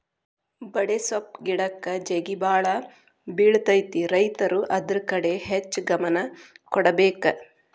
ಬಡೆಸ್ವಪ್ಪ್ ಗಿಡಕ್ಕ ಜೇಗಿಬಾಳ ಬಿಳತೈತಿ ರೈತರು ಅದ್ರ ಕಡೆ ಹೆಚ್ಚ ಗಮನ ಕೊಡಬೇಕ